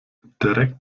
direkt